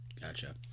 Gotcha